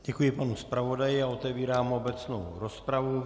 Děkuji panu zpravodaji a otevírám obecnou rozpravu.